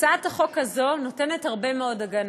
הצעת החוק הזאת נותנת הרבה מאוד הגנה.